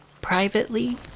Privately